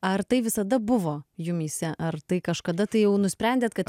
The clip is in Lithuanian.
ar tai visada buvo jumyse ar tai kažkada tai jau nusprendėt kad